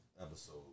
episode